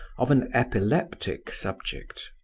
of an epileptic subject.